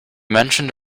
mentioned